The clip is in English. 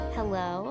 Hello